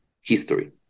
history